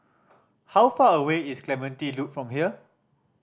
how far away is Clementi Loop from here